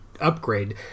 upgrade